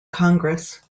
congress